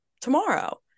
tomorrow